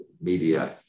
media